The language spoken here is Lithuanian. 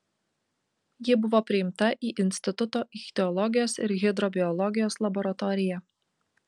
ji buvo priimta į instituto ichtiologijos ir hidrobiologijos laboratoriją